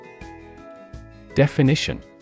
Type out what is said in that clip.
Definition